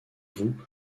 vous